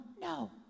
no